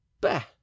Bah